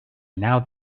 now